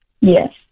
Yes